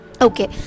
okay